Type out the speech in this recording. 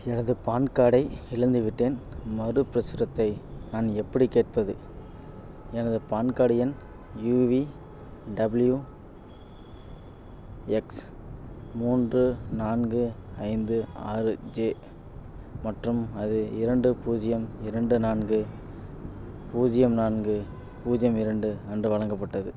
எனது பான் கார்டை இழந்துவிட்டேன் மறுபிரசுரத்தை நான் எப்படிக் கேட்பது எனது பான் கார்டு எண் யுவிடபிள்யூஎக்ஸ் மூன்று நான்கு ஐந்து ஆறு ஜே மற்றும் அது இரண்டு பூஜ்யம் இரண்டு நான்கு பூஜ்யம் நான்கு பூஜ்யம் இரண்டு அன்று வழங்கப்பட்டது